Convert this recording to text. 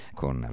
con